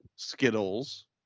skittles